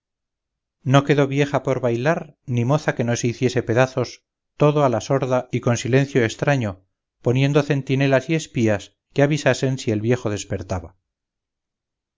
no quedó vieja por bailar ni moza que no se hiciese pedazos todo a la sorda y con silencio estraño poniendo centinelas y espías que avisasen si el viejo despertaba